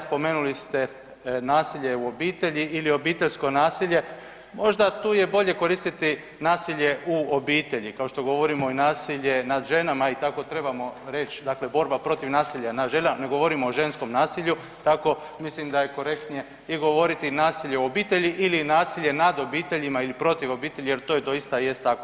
Spomenuli ste nasilje u obitelji ili obiteljsko nasilje, možda je tu bolje koristiti nasilje u obitelji, kao što govorimo nasilje nad ženama, tako trebamo reći dakle borba protiv nasilja nad ženama, ne govorimo o ženskom nasilju tako mislim da je korektnije i govoriti nasilje u obitelji ili nasilje nad obiteljima ili protiv obitelji jer to doista jest tako.